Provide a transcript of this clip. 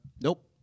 Nope